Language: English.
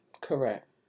Correct